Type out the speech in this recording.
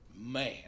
man